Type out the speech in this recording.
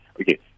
Okay